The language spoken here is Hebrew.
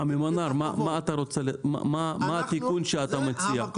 מנאר, מה התיקון שאתה מציע?